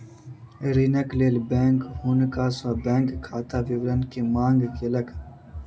ऋणक लेल बैंक हुनका सॅ बैंक खाता विवरण के मांग केलक